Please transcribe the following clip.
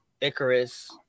Icarus